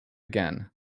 again